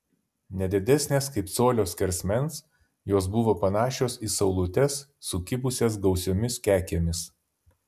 ne didesnės kaip colio skersmens jos buvo panašios į saulutes sukibusias gausiomis kekėmis